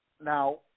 Now